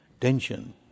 tension